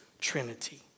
Trinity